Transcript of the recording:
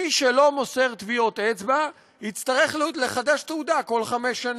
מי שלא מוסר טביעות אצבע יצטרך לחדש תעודה כל חמש שנים.